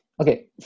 okay